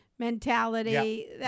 mentality